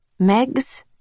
Megs